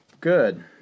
Good